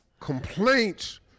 complaints